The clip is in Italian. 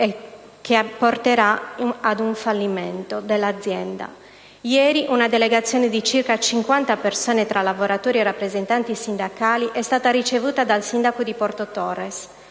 trasformerà in fallimento dell'azienda. Ieri, una delegazione di circa cinquanta persone, tra lavoratori e rappresentanti sindacali, è stata ricevuta dal sindaco di Porto Torres.